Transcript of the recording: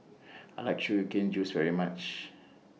I like Sugar Cane Juice very much